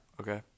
Okay